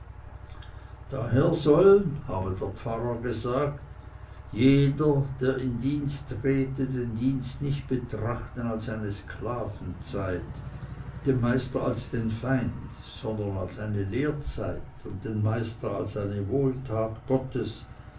daher soll habe der pfarrer gesagt jeder der in dienst trete den dienst nicht betrachten als eine sklavenzeit den meister als den feind sondern als eine lehrzeit und den meister als eine wohltat gottes